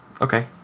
Okay